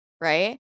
Right